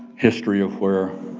history of where